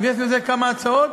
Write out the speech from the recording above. יש כמה הצעות,